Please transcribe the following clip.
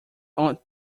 aunt